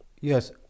yes